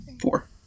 Four